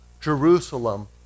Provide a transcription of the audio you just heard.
Jerusalem